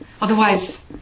Otherwise